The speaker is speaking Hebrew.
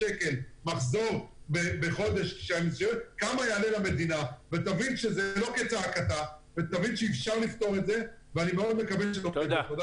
שיביא לך נתונים כמה יעלה למדינה לשלם לכל הספקים הקטנים עם מחזור